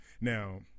Now